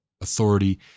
authority